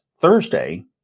Thursday